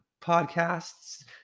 podcasts